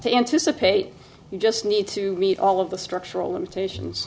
to anticipate we just need to meet all of the structural limitations